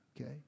okay